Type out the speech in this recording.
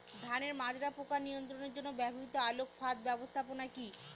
ধানের মাজরা পোকা নিয়ন্ত্রণের জন্য ব্যবহৃত আলোক ফাঁদ ব্যবস্থাপনা কি?